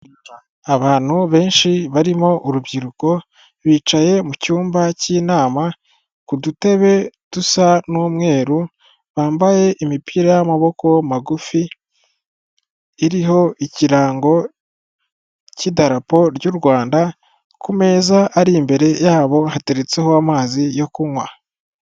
Abantu benshi barimo urubyiruko, bicaye mu cyumba cy'inama ku dutebe dusa n'umweru, bambaye imipira y'amaboko magufi iriho ikirango cy'idarapo ry'u Rwanda, ku meza ari imbere yabo hateretseho amazi yo kunywa.